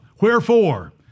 Wherefore